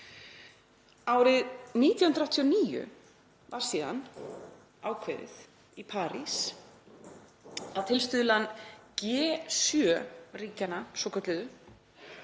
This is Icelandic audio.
Árið 1989 var síðan ákveðið í París að tilstuðlan G7-ríkjanna svokölluðu,